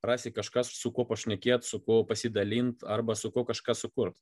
rasi kažkas su kuo pašnekėt su kuo pasidalint arba su kuo kažką sukurt